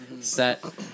set